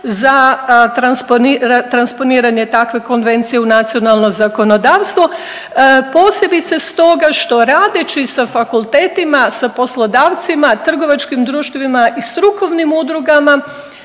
za transponiranje takve konvencije u nacionalno zakonodavstvo, posebice stoga što radeći sa fakultetima, sa poslodavcima, trgovačkim društvima i strukovnim udrugama